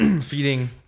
feeding